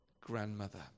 grandmother